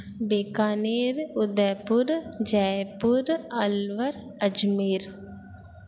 Bikaner Udaipur Jaipur Alwar Ajmer